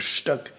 stuck